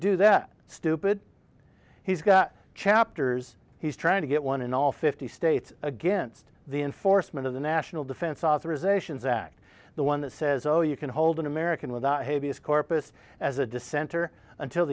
do that stupid he's got chapters he's trying to get one in all fifty states against the enforcement of the national defense authorization zakk the one that says oh you can hold an american with the heaviest corpus as a dissenter until